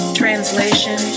translation